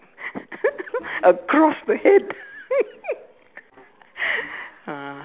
across the head ah